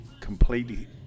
completely